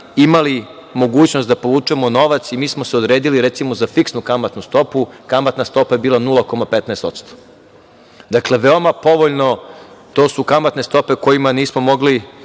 imali mogućnost da povučemo novac i mi smo se odredili, recimo, za fiksnu kamatnu stopu. Kamatna stopa je bila 0,15%. Dakle, veoma povoljno, to su kamatne stope o kojima nismo mogli